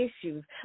issues